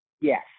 Yes